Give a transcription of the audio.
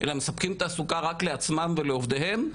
אלא מספקים תעסוקה רק לעצמם ולעובדיהם,